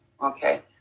Okay